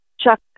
Chuck